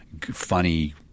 funny